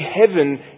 heaven